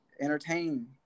entertain